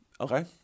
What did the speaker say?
Okay